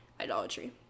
idolatry